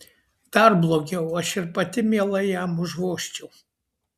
dar blogiau aš ir pati mielai jam užvožčiau